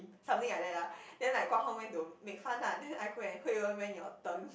something like that lah then like Guang-Hong went to make fun lah then I go and Hui-Wen when your turn